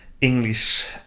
English